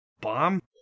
Bomb